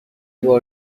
بار